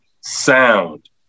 sound